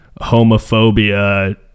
homophobia